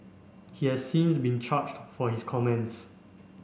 he has since been charged for his comments